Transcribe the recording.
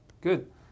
good